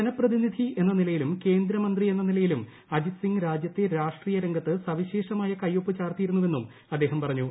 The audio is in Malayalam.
ജനപ്രതിനിധി എന്ന നിലയിലും കേന്ദ്ര മന്ത്രിയെന്ന നിലയിലും അജിത്ത് സിംഗ് രാജ്യർത്ത് രാഷ്ട്രീയരംഗത്ത് സവിശേഷമായ കയ്യൊപ്പ് ചാർത്തിയിരുന്നുവെന്നും അദ്ദേഹം പറഞ്ഞു